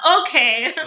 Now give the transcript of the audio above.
okay